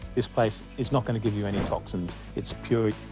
this place, it's not gonna give you any toxins. it's pure.